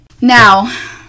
Now